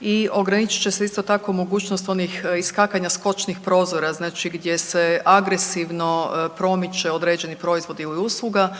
i ograničit će se, isto tako, mogućnost onih iskakanja skočnih prozora, znači gdje se agresivno promiče određeni proizvod ili usluga,